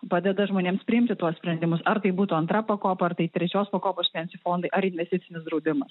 padeda žmonėms priimti tuos sprendimus ar tai būtų antra pakopa ar tai trečios pakopos pensijų fondai ar investicinis draudimas